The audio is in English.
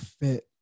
fit